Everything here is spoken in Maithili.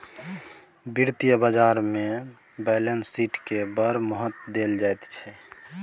वित्तीय बाजारमे बैलेंस शीटकेँ बड़ महत्व देल जाइत छै